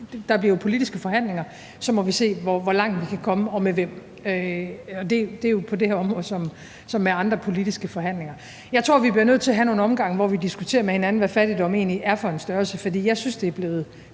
der bliver jo politiske forhandlinger, og så må vi se, hvor langt vi kan komme og med hvem. Det er jo på det her område som med andre politiske forhandlinger. Jeg tror, vi bliver nødt til at have nogle omgange, hvor vi diskuterer med hinanden, hvad fattigdom egentlig er for en størrelse, for jeg synes, det er blevet